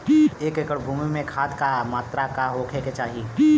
एक एकड़ भूमि में खाद के का मात्रा का होखे के चाही?